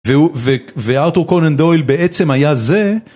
וארתור קונן דויל בעצם היה זה.